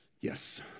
Yes